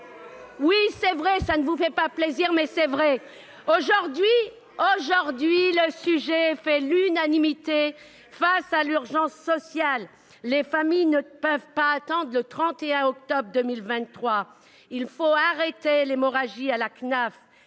! C'est vrai ! Cela ne vous fait pas plaisir, mais c'est la réalité ! Aujourd'hui, le sujet fait l'unanimité. Face à l'urgence sociale, les familles ne peuvent pas attendre le 31 octobre 2023. Il faut arrêter l'hémorragie à la Caisse